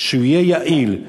שיהיה יעיל,